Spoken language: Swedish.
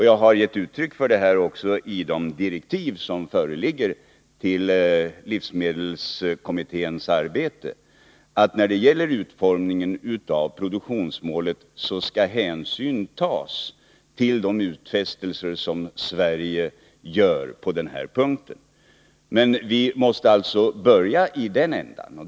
Jag har gett uttryck för detta också i de direktiv som föreligger till livsmedelskommitténs arbete, nämligen att när det gäller utformningen av produktionsmålet skall hänsyn tas till de utfästelser som vi gör på den punkten. Vi måste alltså börja i den ändan.